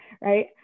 right